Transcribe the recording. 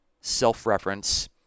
self-reference